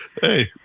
Hey